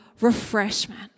refreshment